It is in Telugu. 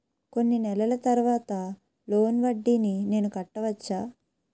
కొన్ని నెలల తర్వాత లోన్ వడ్డీని నేను కట్టవచ్చా?